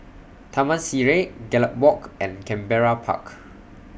Taman Sireh Gallop Walk and Canberra Park